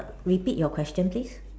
repeat your question please